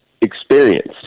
experienced